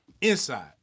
inside